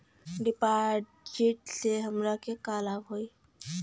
डिपाजिटसे हमरा के का लाभ होई?